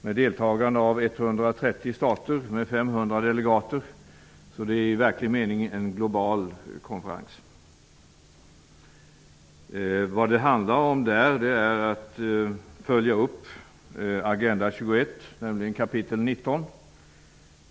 Där deltar 130 stater och 500 delegater. Det är en global konferens i verklig mening. Där handlar det om att följa upp Agenda 21 kapitel 19.